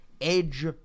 edge